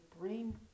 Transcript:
brain